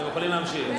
אתם יכולים להמשיך.